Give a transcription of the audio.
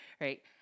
right